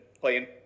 playing